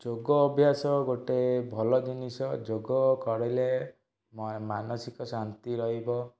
ଯୋଗ ଅଭ୍ୟାସ ଗୋଟେ ଭଲ ଜିନିଷ ଯୋଗ କରିଲେ ମାନସିକ ଶାନ୍ତି ରହିବ